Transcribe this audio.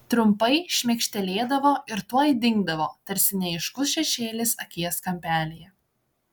trumpai šmėkštelėdavo ir tuoj dingdavo tarsi neaiškus šešėlis akies kampelyje